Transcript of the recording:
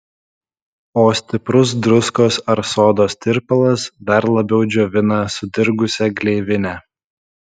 o stiprus druskos ar sodos tirpalas dar labiau džiovina sudirgusią gleivinę